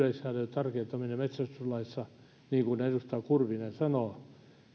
tarkentaminen metsästyslaissa niin kuin edustaja kurvinen sanoo